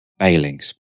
bailings